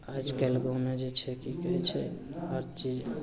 आजकल गाममे जे छै कि कहै छै हर चीज